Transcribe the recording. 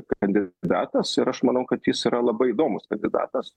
kandidatas ir aš manau kad jis yra labai įdomus kandidatas